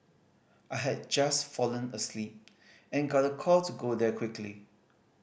I had just fallen asleep and got a call to go there quickly